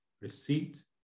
receipt